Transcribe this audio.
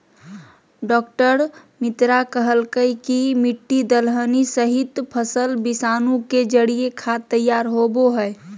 डॉ मित्रा कहलकय कि मिट्टी, दलहनी सहित, फसल विषाणु के जरिए खाद तैयार होबो हइ